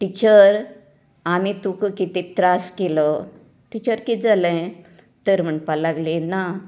teacher आमी तुकां कितें त्रास केलो टिचर कितें जालें तर म्हणपा लागली ना